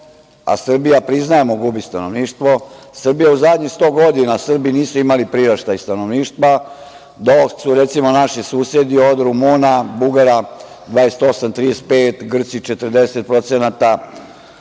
a Srbija, priznajemo, gubi stanovništvo. U zadnjih 100 godina Srbi nisu imali priraštaj stanovništva, dok su, recimo naši susedi, od Rumuna, Bugara, 28%, 35%, Grci 40%,